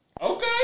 Okay